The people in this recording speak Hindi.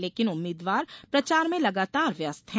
लेकिन उम्मीदवार प्रचार में लगातार व्यस्त हैं